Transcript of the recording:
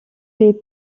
les